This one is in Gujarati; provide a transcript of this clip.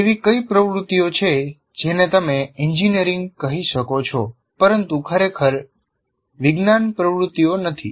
એવી કઈ પ્રવૃત્તિઓ છે જેને તમે એન્જિનિયરિંગ કહી શકો છો પરંતુ ખરેખર વિજ્ઞાન પ્રવૃત્તિઓ નથી